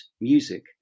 music